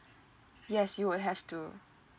yes you would have to